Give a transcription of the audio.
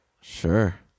Sure